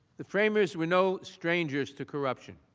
the framers were no stranger to corruption.